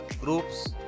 groups